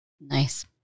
Nice